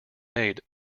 made